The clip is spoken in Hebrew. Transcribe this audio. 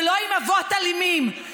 ולא עם אבות אלימים.